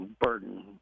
burden